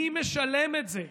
מי משלם את זה?